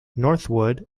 northwood